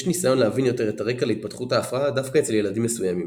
יש ניסיון להבין יותר את הרקע להתפתחות ההפרעה דווקא אצל ילדים מסוימים.